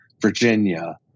Virginia